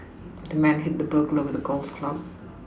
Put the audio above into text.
the man hit the burglar with a golf club